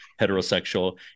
heterosexual